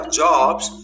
jobs